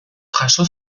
jaso